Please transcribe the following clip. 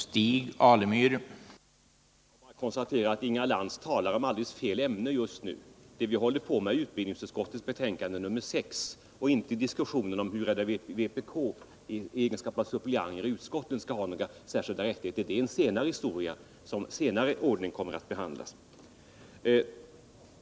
Herr talman! Jag konstaterar att Inga Lantz talar om alldeles fel ämne just nu. Det vi håller på med är utbildningsutskottets betänkande nr 6. Huruvida vpk skall ha några särskilda rättigheter i form av suppleanter i utskotten är en senare historia, som kommer att behandlas i annan ordning.